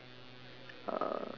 uh